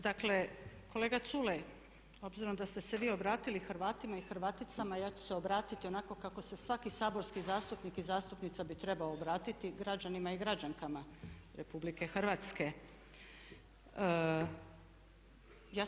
Dakle kolega Culej obzirom da ste se vi obratili Hrvatima i Hrvaticama ja ću se obratiti onako kako se svaki saborski zastupnik i zastupnica bi trebao obratiti građanima i građankama Republike Hrvatske.